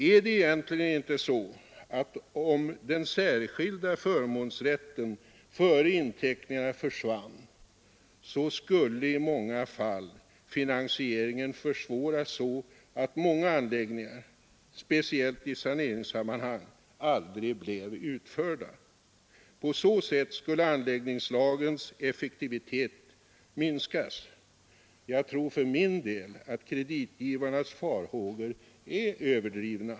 Är det egentligen inte så att, om den särskilda förmånsrätten före inteckningarna försvann, skulle i många fall finansieringen försvåras så att många anläggningar — speciellt i saneringssammanhang — aldrig blev utförda? På så sätt skulle anläggningslagens effektivitet minskas. Jag tror för min del att kreditgivarnas farhågor är överdrivna.